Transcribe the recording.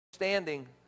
standing